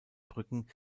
brücken